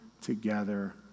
together